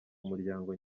umuryango